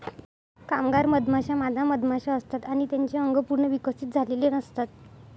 कामगार मधमाश्या मादा मधमाशा असतात आणि त्यांचे अंग पूर्ण विकसित झालेले नसतात